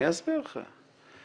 אני אסביר לך.